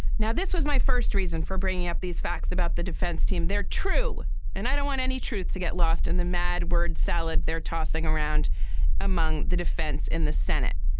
now, this was my first reason for bringing up these facts about the defense team. they're true and i don't want any truth to get lost in the mad. word salad. they're tossing around among the defense in the senate.